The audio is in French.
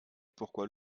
pourquoi